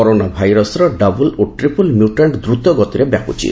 corona ଭାଇରସ୍ର double ଓ triple mutant ୍ ଦ୍ରତ ଗତିରେ ବ୍ୟାପୁଛି